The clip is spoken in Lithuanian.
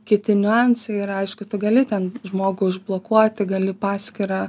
kiti niuansai ir aišku tu gali ten žmogų užblokuoti gali paskyrą